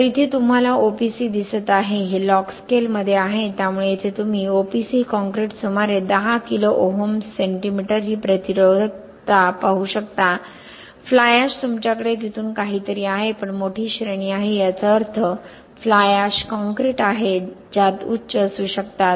तर इथे तुम्हाला OPC दिसत आहे हे लॉग स्केलमध्ये आहे त्यामुळे येथे तुम्ही OPC काँक्रीट सुमारे 10 किलो ohm cm ही प्रतिरोधकता पाहू शकता फ्लाय एश तुमच्याकडे तिथून काहीतरी आहे पण मोठी श्रेणी आहे याचा अर्थ फ्लाय एश काँक्रीट आहेत ज्यात उच्च असू शकतात